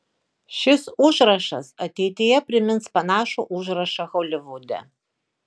šis užrašas ateityje primins panašų užrašą holivude